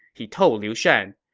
he told liu shan,